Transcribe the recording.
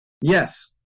Yes